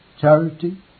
Charity